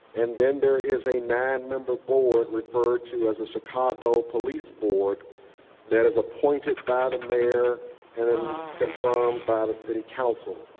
and then there is a nine member board referred to as the chicago police board that is appointed by the mayor and and confirmed by the city council.